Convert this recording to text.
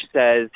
says